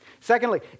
Secondly